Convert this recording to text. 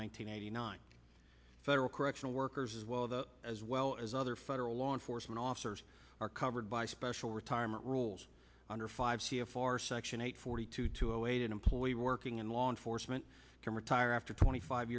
hundred eighty nine federal correctional workers as well as well as other federal law enforcement officers are covered by special retirement rules under five c a four section eight forty two two zero eight employee working in law enforcement can retire after twenty five